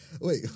Wait